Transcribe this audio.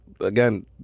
again